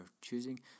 choosing